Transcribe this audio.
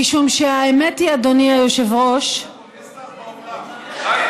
משום שהאמת היא, אדוני היושב-ראש, הינה,